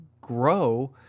grow